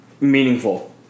meaningful